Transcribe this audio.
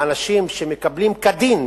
לאנשים שמקבלים כדין,